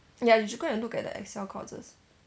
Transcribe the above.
ya you should go and look at the excel courses